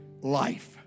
life